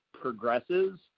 progresses